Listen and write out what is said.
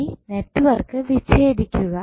ഇനി നെറ്റ്വർക്ക് വിച്ഛേദിക്കുക